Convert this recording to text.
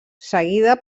seguida